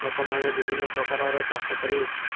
ଲୋକମାନେ ବିଭିନ୍ନ ପ୍ରକାରର ଚାଷ କରି